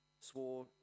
swore